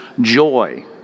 joy